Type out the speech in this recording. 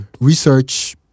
research